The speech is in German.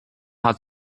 hat